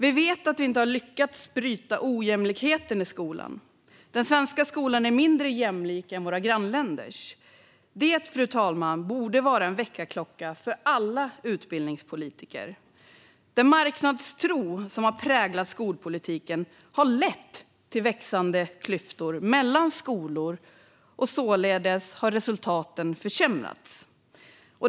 Vi vet att vi inte har lyckats bryta ojämlikheten i skolan. Den svenska skolan är mindre jämlik än våra grannländers. Det, fru talman, borde vara en väckarklocka för alla utbildningspolitiker. Den marknadstro som har präglat skolpolitiken har lett till växande klyftor mellan skolor, och således har resultaten försämrats.